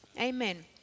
amen